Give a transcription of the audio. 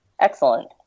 Excellent